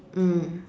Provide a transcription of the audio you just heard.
mm